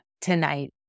tonight